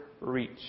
reach